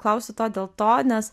klausiu to dėl to nes